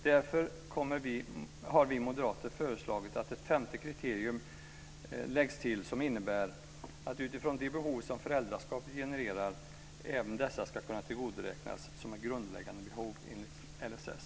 Därför har vi moderater föreslagit att ett femte kriterium läggs till som innebär att de behov som föräldraskapet genererar ska kunna tillgodoräknas som grundläggande behov enligt LSS.